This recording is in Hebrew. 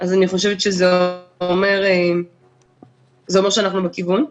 אז אני חושבת שזה אומר שאנחנו בכיוון.